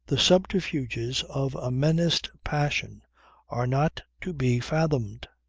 the subterfuges of a menaced passion are not to be fathomed.